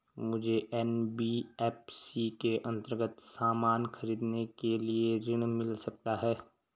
मुझे एन.बी.एफ.सी के अन्तर्गत सामान खरीदने के लिए ऋण मिल सकता है?